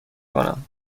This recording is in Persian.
کنم